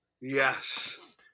Yes